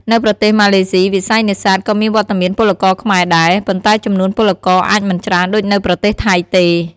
នៅប្រទេសម៉ាឡេស៊ី វិស័យនេសាទក៏មានវត្តមានពលករខ្មែរដែរ ប៉ុន្តែចំនួនពលករអាចមិនច្រើនដូចនៅប្រទេសថៃទេ។